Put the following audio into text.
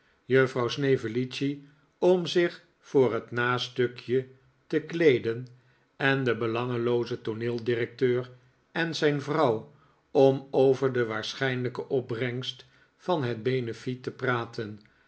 juffrouw snevellicci om zich voor het nastukje te kleeden en de belangelooze tooneeldirecteur en zijn vrouw om over de waarschijnlijke opbrengst van het benefiet te praten